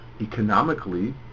economically